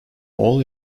all